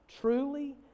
Truly